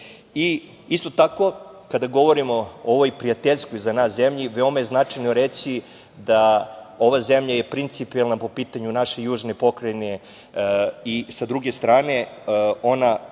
tako, kada govorimo o ovom prijateljskoj za nas zemlji veoma je značajno reći da je ova zemlja principijelna po pitanju naše južne pokrajine, i sa druge strane ona